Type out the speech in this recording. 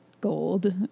gold